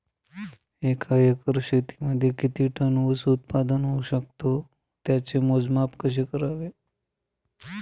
एका एकर शेतीमध्ये किती टन ऊस उत्पादन होऊ शकतो? त्याचे मोजमाप कसे करावे?